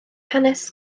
hanes